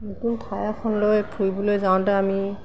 নতুন ঠাই এখনলৈ ফুৰিবলৈ যাওঁতে আমি